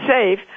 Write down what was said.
safe